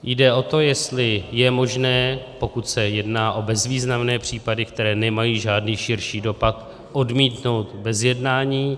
Jde o to, jestli je možné, pokud se jedná o bezvýznamné případy, které nemají žádný širší dopad, odmítnout bez jednání.